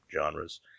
genres